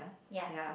ya